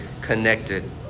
connected